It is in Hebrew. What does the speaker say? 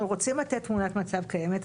סטרוק: אנחנו רוצים לתת תמונת מצב קיימת,